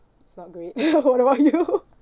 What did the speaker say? it's not great what about you